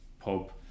pub